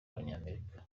abanyamerika